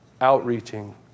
outreaching